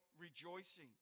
rejoicing